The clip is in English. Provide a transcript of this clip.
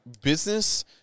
business